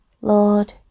Lord